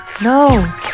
No